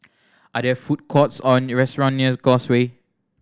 are there food courts or restaurant near Causeway